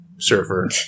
Surfer